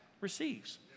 receives